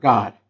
God